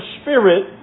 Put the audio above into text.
spirit